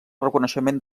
reconeixement